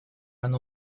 оно